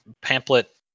pamphlet